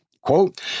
Quote